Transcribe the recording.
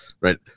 right